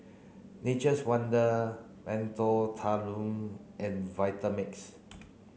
Nature's Wonder Mentholatum and Vitamix